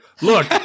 look